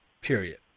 Period